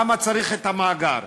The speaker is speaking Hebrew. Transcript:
למה צריך את המאגר,